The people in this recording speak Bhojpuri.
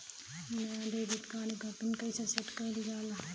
नया डेबिट कार्ड क पिन कईसे सेट कईल जाला?